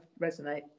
resonate